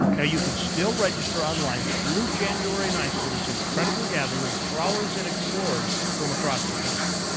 yeah you can still register online through january ninth for this incredible gathering of crawlers and explorers from across the country.